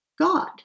God